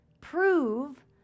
Prove